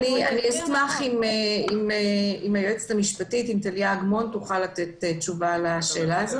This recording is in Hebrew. אשמח אם טליה אגמון תוכל לתת תשובה לשאלה זו.